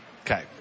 Okay